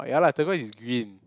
ah ya lah turquoise is green